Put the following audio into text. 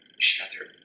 shattered